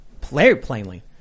plainly